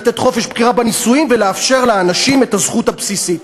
לתת חופש בחירה בנישואים ולאפשר לאנשים את הזכות הבסיסית.